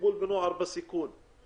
טיפול בנוער בסיכון,